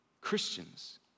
Christians